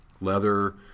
Leather